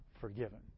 forgiven